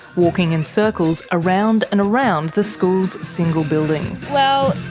walking in circles around and around the school's single building. well,